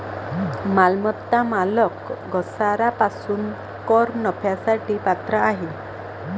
मालमत्ता मालक घसारा पासून कर नफ्यासाठी पात्र आहे